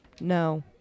No